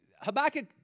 Habakkuk